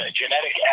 genetic